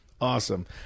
awesome